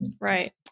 right